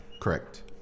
Correct